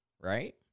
Right